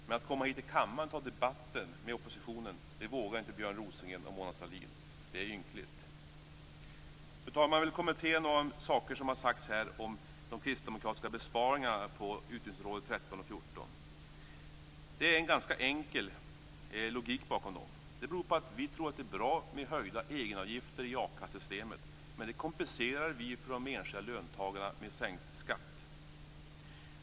Men att komma hit till kammaren och ta debatten med oppositionen, det vågar inte Björn Rosengren och Mona Sahlin. Det är ynkligt. Fru talman! Jag vill kommentera några saker som har sagts här om de kristdemokratiska besparingarna på utgiftsområdena 13 och 14. Det är en ganska enkel logik bakom dem. Vi tror nämligen att det är bra med höjda egenavgifter i a-kassesystemet. Detta kompenserar vi de enskilda löntagarna med sänkt skatt.